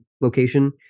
location